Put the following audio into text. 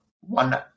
one